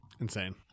Insane